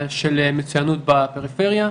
של מצוינות בפריפריה,